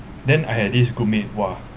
then I had this group mate !wah!